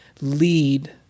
lead